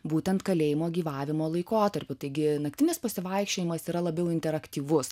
būtent kalėjimo gyvavimo laikotarpiu taigi naktinis pasivaikščiojimas yra labiau interaktyvus